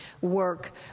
work